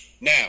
Now